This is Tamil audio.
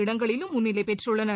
இடங்களிலும் முன்னிலை பெற்றுள்ளனர்